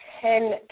ten